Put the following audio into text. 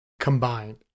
combined